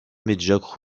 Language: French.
médiocre